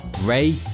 Ray